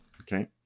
Okay